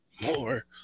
More